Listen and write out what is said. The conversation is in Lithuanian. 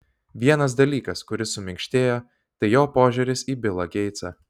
vienas dalykas kuris suminkštėjo tai jo požiūris į bilą geitsą